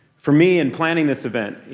for me, in planning this event,